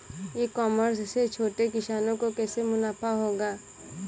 ई commerce से छोटे किसानों को कैसे मुनाफा होगा?